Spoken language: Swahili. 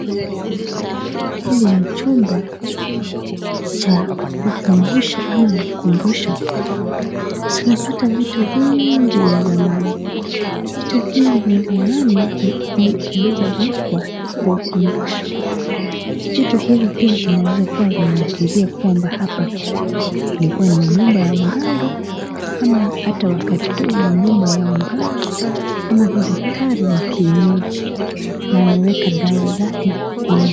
Hili ni chumba cha ukumbusho ama ni ukumbusho , tunapata vitu vingi vya zamani, vitu hizi vya zamani zilizowekwa kwa ukumbusho, vitu pia vinaweza kuwa vinaashiria kwamba hapa ilikuwa ni nyumba ya mganga ama wakati huu nyumba ya mganga ama daktari wa kienyeji na ameweka dawa zake humu.